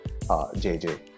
JJ